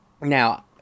Now